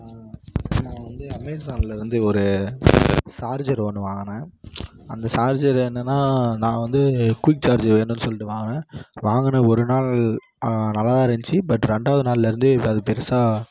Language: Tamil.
நான் வந்து அமேசானில் வந்து ஒரு சார்ஜர் ஒன்று வாங்கினேன் அந்த சார்ஜர் என்னென்னால் நான் வந்து குய்க் சார்ஜு வேணும்னு சொல்லிட்டு வாங்கினேன் வாங்கின ஒரு நாள் நல்லாதான் இருந்துச்சி பட் ரெண்டாவது நாள்லிருந்தே இப்போ அது பெருசாக